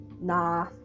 Nah